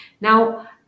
Now